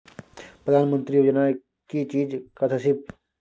प्रधानमंत्री योजना की चीज कथि सब?